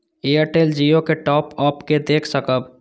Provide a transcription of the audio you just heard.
Airtel Jio के top up के देख सकब?